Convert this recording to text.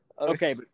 Okay